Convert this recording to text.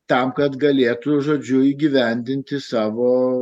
tam kad galėtų žodžiu įgyvendinti savo